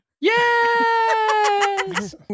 Yes